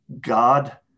God